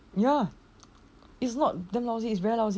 ya is not damn lousy it's very lousy